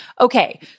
Okay